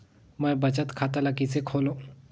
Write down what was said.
मैं बचत खाता ल किसे खोलूं?